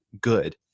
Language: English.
good